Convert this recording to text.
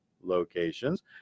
locations